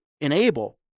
enable